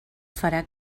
farà